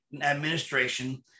administration